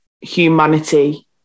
humanity